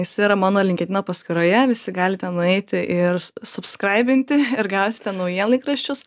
jisai yra mano linkedino paskyroje visi galite nueiti ir subskraibinti ir gausite naujienlaikraščius